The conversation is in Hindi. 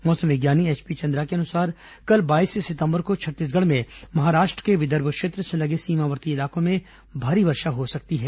मौसम विज्ञानी एचपी चंद्रा के अनुसार कल बाईस सितंबर को छत्तीसगढ़ में महाराष्ट्र के विदर्भ क्षेत्र से लगे सीमावर्ती इलाकों में भारी वर्षा हो सकती है